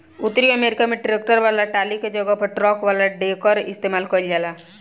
उतरी अमेरिका में ट्रैक्टर वाला टाली के जगह पर ट्रक वाला डेकर इस्तेमाल कईल जाला